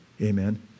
Amen